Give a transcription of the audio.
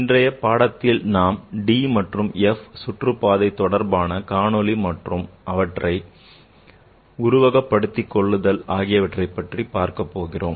இன்றைய பாடத்தில் நாம் d மற்றும் f சுற்றுப்பாதை தொடர்பான காணொளி மற்றும் அவற்றை உருவகப் படுத்திக் கொள்ளுதல் ஆகியவை பற்றி பார்க்கப்போகிறோம்